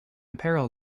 apparel